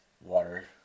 water